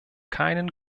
keinen